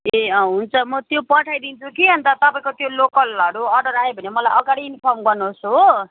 ए अँ हुन्छ म त्यो पठाइदिन्छु कि अन्त तपाईँको त्यो लोकलहरू अर्डर आयो भने मलाई अगाडि इन्फर्म गर्नुहोस् हो